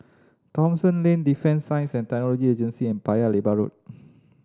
Thomson Lane Defence Science And Technology Agency and Paya Lebar Road